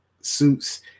suits